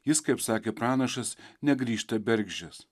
jis kaip sakė pranašas negrįžta bergždžias